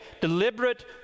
deliberate